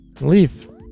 leave